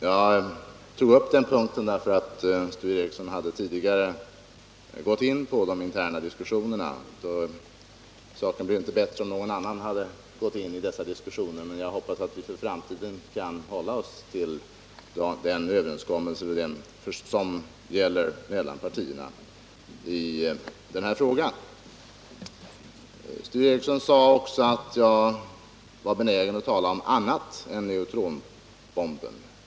Jag tar upp denna punkt, därför att Sture Ericson tidigare gick in på de interna diskussionerna. Saken hade inte blivit bättre om någon annan hade gått in på dessa diskussioner, men jag hoppas att vi för framtiden skall kunna hålla oss till den överenskommelse som gäller mellan partierna i denna fråga. Sture Ericson sade också att jag var benägen att tala om annat än neutronbomben.